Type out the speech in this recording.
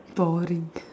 sorry